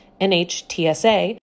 NHTSA